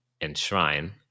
enshrine